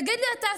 תגיד לי אתה,